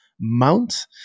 Mount